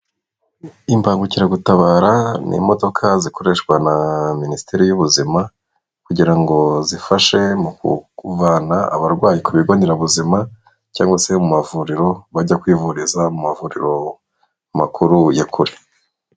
Imbangukiragutabara ni imodoka zikoreshwa na minisiteri y'ubuzima, kugira ngo zifashe mu kuvana abarwayi ku bigonderabuzima cyangwa se mu mavuriro bajya kwivuriza mu mavuriro makuru ya kure.